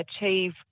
achieve